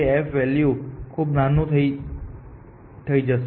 f value ખૂબ નાનું થઈ જશે